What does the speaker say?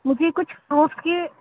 مجھے کچھ فروٹس کے